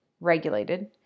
regulated